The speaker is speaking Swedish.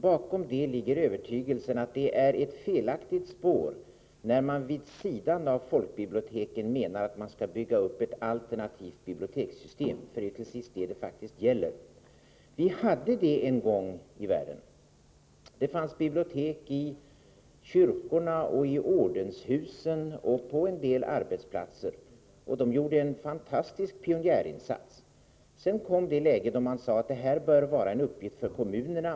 Bakom det ligger övertygelsen att det är ett felaktigt spår att vid sidan av folkbiblioteken bygga upp ett alternativt bibliotekssystem — som är precis vad det handlar om. Vi hade ett sådant system en gång i tiden. Det fanns bibliotek i kyrkor, i ordenshus och på en del arbetsplatser. Där gjorde man en fantastisk pionjärinsats. Men sedan kom man till ett läge där man sade att detta var en uppgift för kommunerna.